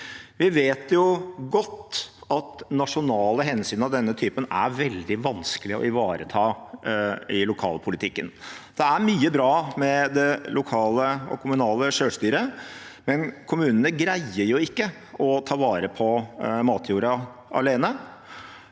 Vi vet jo godt at nasjonale hensyn av denne typen er veldig vanskelig å ivareta i lokalpolitikken. Det er mye bra med det lokale og kommunale selvstyret, men kommunene greier jo ikke å ta vare på matjorden alene.